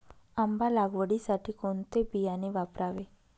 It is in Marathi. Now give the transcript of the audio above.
आंबा लागवडीसाठी कोणते बियाणे वापरावे?